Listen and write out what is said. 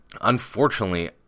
unfortunately